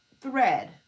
thread